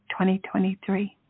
2023